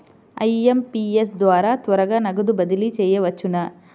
IMPS ద్వారా త్వరగా నగదు బదిలీ చేయవచ్చునా?